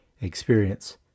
experience